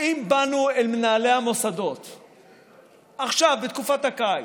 האם באנו אל מנהלי המוסדות עכשיו, בתקופת הקיץ,